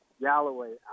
Galloway